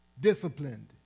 disciplined